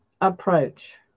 approach